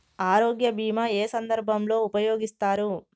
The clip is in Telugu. ఆరోగ్య బీమా ఏ ఏ సందర్భంలో ఉపయోగిస్తారు?